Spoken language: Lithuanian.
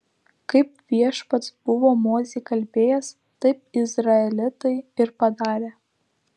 kaip viešpats buvo mozei kalbėjęs taip izraelitai ir padarė